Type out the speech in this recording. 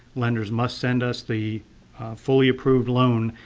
lenders must send us the fully approved loan,